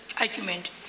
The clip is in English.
argument